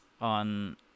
on